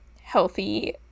healthy